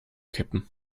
kippen